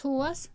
ٹھوٚس